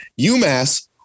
UMass